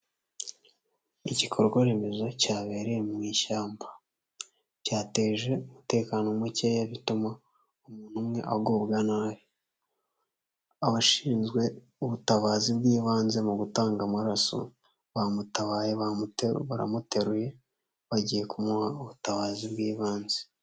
Igikorwa remezo cyabereye mu ishyamba cyateje umutekano mukeya bituma umuntu umwe agubwa nabi, abashinzwe ubutabazi bw'ibanze mu gutanga amaraso bamutabaye baramuteruye bagiye kumuha ubutabazi bw'ibanze.